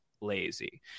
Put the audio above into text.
lazy